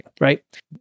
right